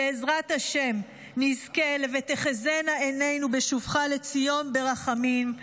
בעזרת ה' נזכה ל"ותחזינה עינינו בשובך לציון ברחמים",